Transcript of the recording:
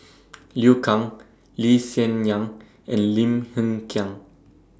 Liu Kang Lee Hsien Yang and Lim Hng Kiang